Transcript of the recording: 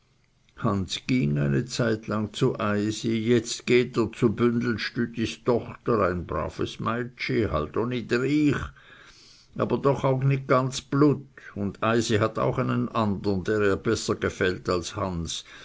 ging eine zeitlang zu eysin jetzt geht er zu bändelstüdis tochter ein braves meitschi halt o nit rych aber doch auch nicht ganz blutt und eysi hat auch einen andern der ihr besser gefällt als hans